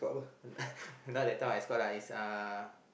now that time escort lah is a